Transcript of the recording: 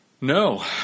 No